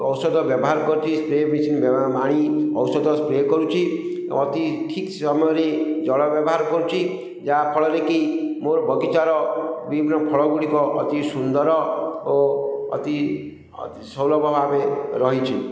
ଔଷଧ ବ୍ୟବହାର କରୁଛି ସ୍ପ୍ରେ ମେସିନ୍ ଆଣି ଔଷଧ ସ୍ପ୍ରେ କରୁଛି ଅତି ଠିକ୍ ସମୟରେ ଜଳ ବ୍ୟବହାର କରୁଛି ଯାହାଫଳରେ କି ମୋର ବଗିଚାର ବିଭିନ୍ନ ଫଳ ଗୁଡ଼ିକ ଅତି ସୁନ୍ଦର ଓ ଅତି ସୁଲଭ ଭାବେ ରହିଛି